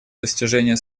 достижения